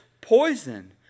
poison